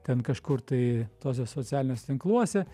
ten kažkur tai tuose socialiniuos tinkluose